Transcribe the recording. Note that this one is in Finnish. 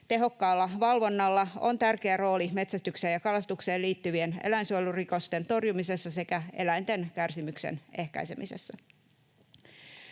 Tehokkaalla valvonnalla on tärkeä rooli metsästykseen ja kalastukseen liittyvien eläinsuojelurikosten torjumisessa sekä eläinten kärsimyksen ehkäisemisessä.